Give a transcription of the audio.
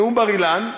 נאום בר-אילן,